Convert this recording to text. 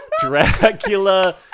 Dracula